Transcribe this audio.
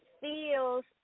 feels